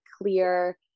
clear